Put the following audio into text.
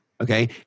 Okay